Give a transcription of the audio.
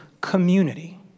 community